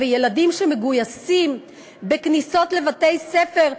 וילדים שמגויסים בכניסות לבתי-ספר,